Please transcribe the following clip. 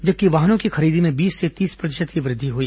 जबकि वाहनों की खरीदी में बीस से तीस प्रतिशत तक वृद्धि हुई